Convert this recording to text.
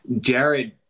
Jared